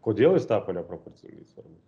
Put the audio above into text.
kodėl jis tapo neproporcingai svarbus